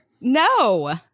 No